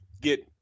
get